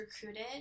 recruited